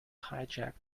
hijack